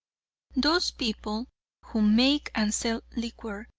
those people who make and sell liquor,